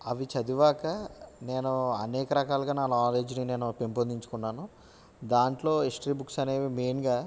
అవి చదివాక నేను అనేక రకాలుగా నా నాలెడ్జ్ని నేను పెంపొందించుకున్నాను దాంట్లో హిస్టరీ బుక్స్ అనేవి మెయిన్గా